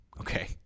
Okay